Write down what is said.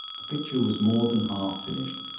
the picture was more than half finished.